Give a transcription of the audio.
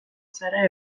zara